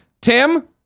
Tim